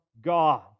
God